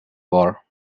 war